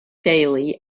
daley